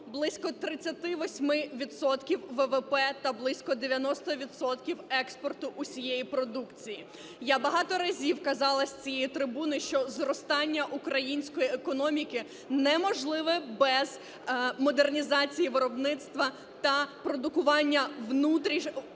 близько 38 відсотків ВВП та близько 90 відсотків експорту усієї продукції. Я багато разів казала з цієї трибуни, що зростання української економіки неможливе без модернізації виробництва та продукування внутрішніх